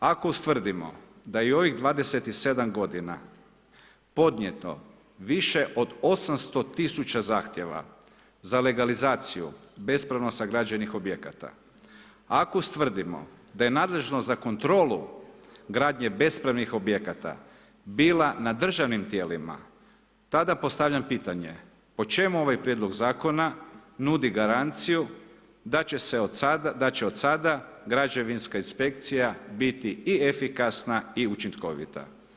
Ako ustvrdimo da je u ovih 27 g. podnijeto više od 800 000 zahtjeva za legalizaciju bespravno sagrađenih objekata, ako ustvrdimo da je nadležno za kontrolu gradnje bespravnih objekata bila na državnim tijelima, tada postavljam pitanje, po čemu ovaj prijedlog zakon nudi garanciju da će od sada građevinska inspekcija biti i efikasna i učinkovita.